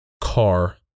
car